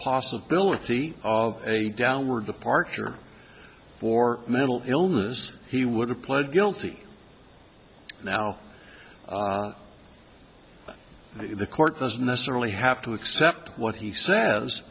possibility of a downward departure for mental illness he would have pled guilty now the court doesn't necessarily have to accept what he says